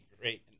great